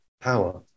power